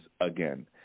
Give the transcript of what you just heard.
again